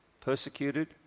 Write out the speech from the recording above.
persecuted